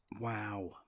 wow